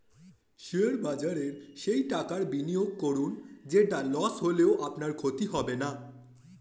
share বাজারে সেই টাকাটা বিনিয়োগ করুন যেটা লস হলেও আপনার ক্ষতি হবে না